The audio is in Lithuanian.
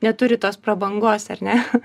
neturi tos prabangos ar ne